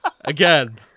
Again